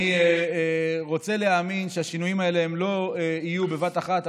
אני רוצה להאמין שהשינויים האלה לא יהיו בבת אחת,